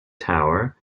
tower